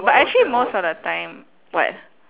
but actually most of the time what